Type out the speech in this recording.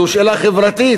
זו שאלה חברתית,